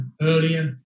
earlier